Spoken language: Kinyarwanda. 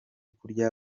kurya